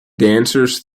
dancers